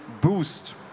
boost